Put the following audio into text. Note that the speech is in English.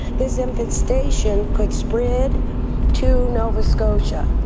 this infestation could spread to nova scotia.